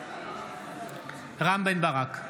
בעד רם בן ברק,